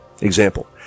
Example